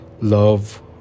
love